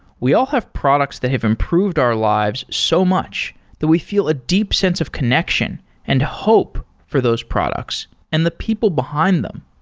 we all have products that have improved our lives so much that we feel a deep sense of connection and hope for those products and the people behind them.